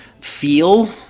feel